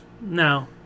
No